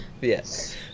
Yes